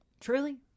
Truly